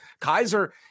Kaiser